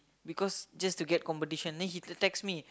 because just to get competition the he text me